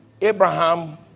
Abraham